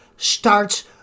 starts